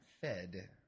fed